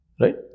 Right